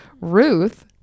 ruth